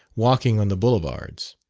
walking on the boulevards.